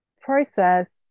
process